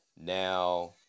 now